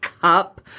cup